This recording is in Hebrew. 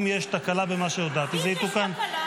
אם יש תקלה במה שהודעתי, זה יתוקן.